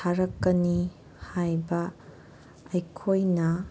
ꯊꯥꯔꯛꯀꯅꯤ ꯍꯥꯏꯕ ꯑꯩꯈꯣꯏꯅ